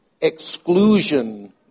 exclusion